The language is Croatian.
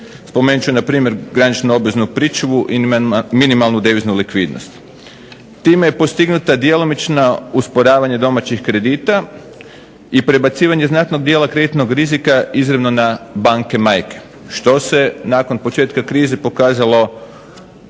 Spomenut ću na primjer granično obveznu pričuvu i minimalnu deviznu likvidnost. Time je postignuta djelomično usporavanje domaćih kredita i prebacivanje znatnog dijela kreditnog rizika izravno na banke majke što se nakon početka krize pokazalo povoljnom